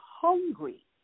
hungry